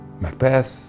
Macbeth